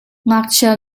ngakchia